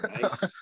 Nice